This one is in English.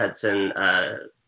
Hudson